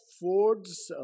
Ford's